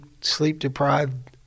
sleep-deprived